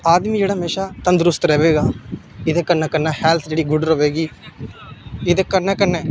आदमी जेह्ड़ा म्हेशां तंदरुस्त रवे गा एह्दे कन्नै कन्नै हैल्थ जेह्ड़ी गुड रवे गी एह्दे कन्नै कन्नै